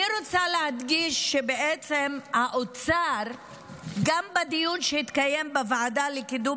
אני רוצה להדגיש שבעצם גם בדיון שהתקיים בוועדה לקידום